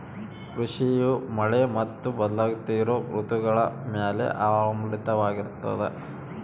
ಕೃಷಿಯು ಮಳೆ ಮತ್ತು ಬದಲಾಗುತ್ತಿರೋ ಋತುಗಳ ಮ್ಯಾಲೆ ಅವಲಂಬಿತವಾಗಿರ್ತದ